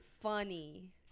funny